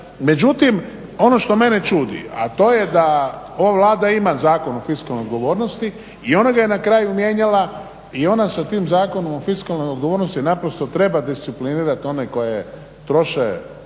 Međutim, ono što mene čudi, a to je da ova Vlada ima Zakon o fiskalnoj odgovornosti i ona ga je na kraju mijenjala i ona sa tim Zakonom o fiskalnoj odgovornosti treba disciplinirati one koji troše